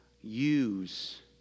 use